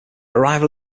arrival